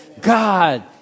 God